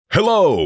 Hello